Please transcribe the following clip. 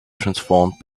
transformed